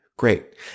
Great